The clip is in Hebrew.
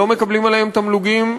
לא מקבלים עליהם תמלוגים,